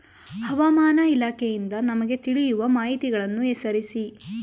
ಹವಾಮಾನ ಇಲಾಖೆಯಿಂದ ನಮಗೆ ತಿಳಿಯುವ ಮಾಹಿತಿಗಳನ್ನು ಹೆಸರಿಸಿ?